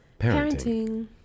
parenting